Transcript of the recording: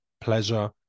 pleasure